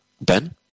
Ben